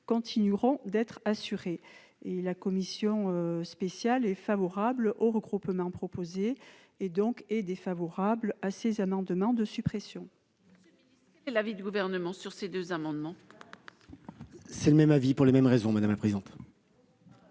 continueront d'être assurées. La commission spéciale est favorable au regroupement proposé et s'oppose donc à ces amendements de suppression.